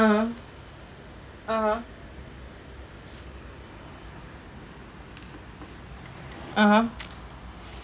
(uh huh) (uh huh) (uh huh)